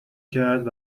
کرد